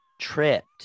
tripped